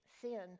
Sin